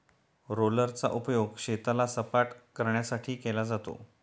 रोलरचा उपयोग शेताला सपाटकरण्यासाठी केला जातो